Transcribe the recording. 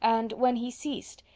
and, when he ceased,